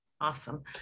Awesome